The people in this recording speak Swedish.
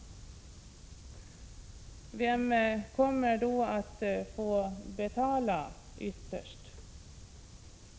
Vem kommer att få betala ytterst?